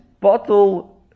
bottle